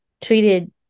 treated